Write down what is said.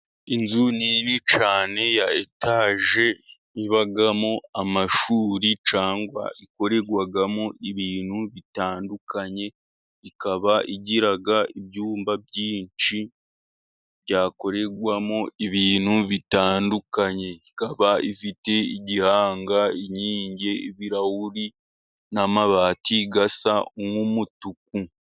Inzu nini cane ya etaje ibamo amashuri cyangwa ikorerwamo ibintu bitandukanye, ikaba igira ibyumba byinshi byakorerwamo ibintu bitandukanye. Ikaba ifite igihanga, inkingi, ibirahuri n'amabati asa nk'umutuku.